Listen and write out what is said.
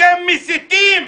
אתם מסיתים.